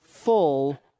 full